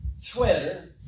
sweater